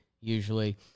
Usually